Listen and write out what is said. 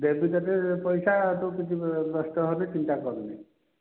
ଦେବି ତୋତେ ପଇସା ତୁ କିଛି ବ୍ୟସ୍ତ ହନି ଚିନ୍ତା କରନି